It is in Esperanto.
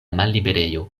malliberejo